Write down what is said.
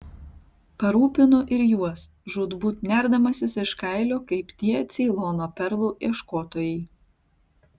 parūpinu ir juos žūtbūt nerdamasis iš kailio kaip tie ceilono perlų ieškotojai